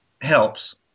helps